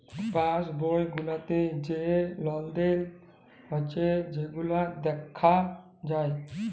pass বই গুলাতে যা লেলদেল হচ্যে সেগুলা দ্যাখা যায়